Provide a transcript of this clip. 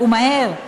ומהר,